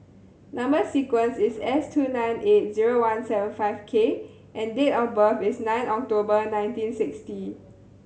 number sequence is S two nine eight zero one seven five K and date of birth is nine October nineteen sixty